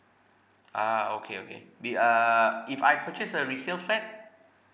ah okay okay be err if I purchased a resale flat